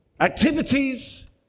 activities